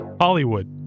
Hollywood